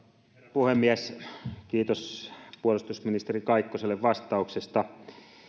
puhemies kiitos puolustusministeri kaikkoselle vastauksesta